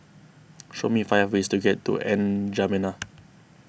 show me five ways to get to N'Djamena